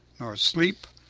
nor sleep,